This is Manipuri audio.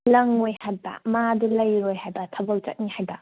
ꯅꯪꯉꯣꯏ ꯍꯥꯏꯕ ꯃꯥꯗꯣ ꯂꯩꯔꯣꯏ ꯍꯥꯏꯕ ꯊꯕꯛ ꯆꯠꯅꯤ ꯍꯥꯏꯕ